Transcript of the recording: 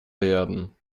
werden